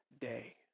day